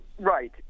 Right